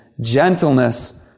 gentleness